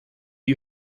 you